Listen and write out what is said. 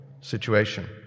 situation